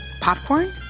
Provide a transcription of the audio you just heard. Popcorn